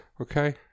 Okay